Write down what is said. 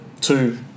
two